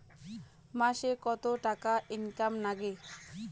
মাসে কত টাকা ইনকাম নাগে?